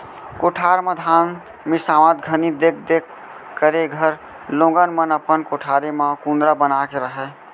कोठार म धान मिंसावत घनी देख देख करे घर लोगन मन अपन कोठारे म कुंदरा बना के रहयँ